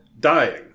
dying